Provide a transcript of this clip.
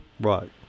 Right